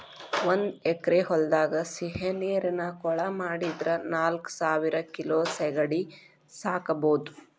ಒಂದ್ ಎಕರೆ ಹೊಲದಾಗ ಸಿಹಿನೇರಿನ ಕೊಳ ಮಾಡಿದ್ರ ನಾಲ್ಕಸಾವಿರ ಕಿಲೋ ಸೇಗಡಿ ಸಾಕಬೋದು